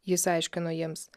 jis aiškino jiems